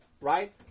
right